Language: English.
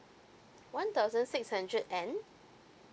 one thousand six hundred and